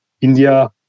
India